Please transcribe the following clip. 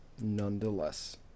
nonetheless